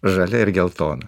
žalia ir geltona